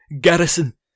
garrison